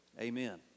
Amen